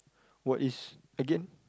what is again